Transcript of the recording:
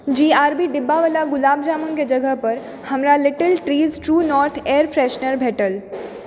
जी R B डिब्बावला गुलाब जामुनके जगह पर हमरा little trees true north air freshener भेटल